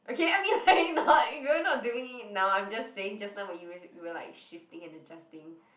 okay I mean like not you're not doing it now I'm just saying just now when you were like shifting and adjusting